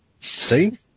See